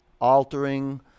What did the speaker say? Altering